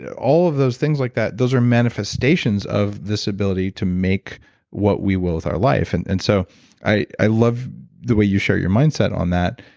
all of those things like that, those are manifestations of this ability to make what we will with our life and and so i i love the way you share your mindset on that,